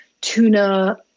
tuna